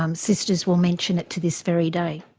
um sisters will mention it to this very day.